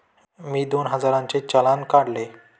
मी दोन हजारांचे चलान काढले